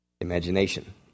imagination